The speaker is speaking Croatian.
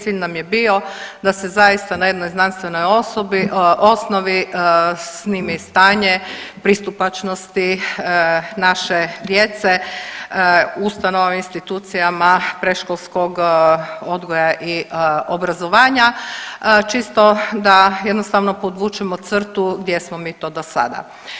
Cilj nam je bio da se zaista na jednoj znanstvenoj osnovi snimi stanje pristupačnosti naše djece u ustanovama i institucijama predškolskog odgoja i obrazovanja čisto da jednostavno podvučemo crtu gdje smo mi to do sada.